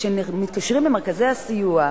כשמתקשרים למרכזי הסיוע,